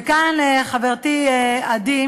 וכאן, חברתי עדי,